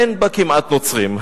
אין בה כמעט נוצרים.